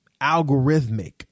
algorithmic